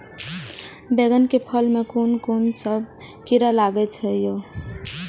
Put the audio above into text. बैंगन के फल में कुन सब कीरा लगै छै यो?